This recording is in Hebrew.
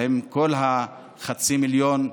עם כל חצי המיליון.